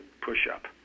push-up